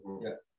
Yes